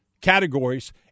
categories